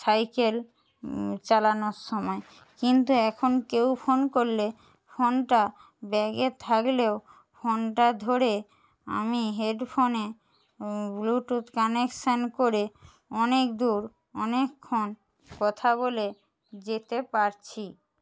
cycle চালানোর সময় কিন্তু এখন কেউ ফোন করলে ফোনটা ব্যাগে থাকলেও ফোনটা ধরে আমি হেড ফোনে ব্লুটুথ কানেকশান করে অনেক দূর অনেকক্ষণ কথা বলে যেতে পারছি